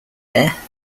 there